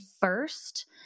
first